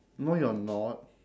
no you're not